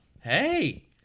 Hey